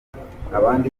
abandi